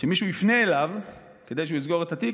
שמישהו יפנה אליו כדי שהוא יסגור את התיק,